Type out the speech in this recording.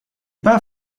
pas